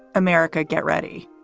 america, get ready.